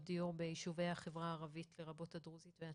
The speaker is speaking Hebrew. דיור ביישובי החברה הערבית לרבות הדרוזית והצ'רקסית.